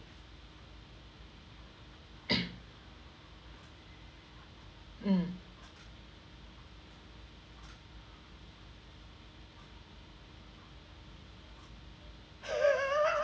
mm